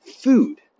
food